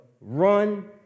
run